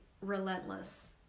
relentless